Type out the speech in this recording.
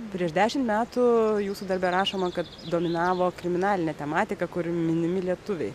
prieš dešimt metų jūsų darbe rašoma kad dominavo kriminalinė tematika kur minimi lietuviai